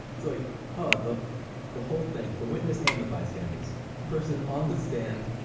like ah the the whole thing. the witness and the bystanders. a person on the stand,